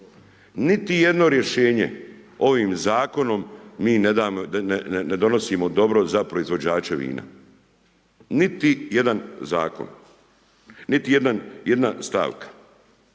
Niti jedno rješenje ovim zakonom mi ne donosimo dobro za proizvođače vina, niti jedan zakon, niti jedna stavka.